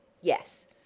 Yes